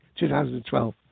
2012